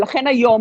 ולכן היום,